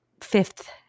fifth